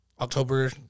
October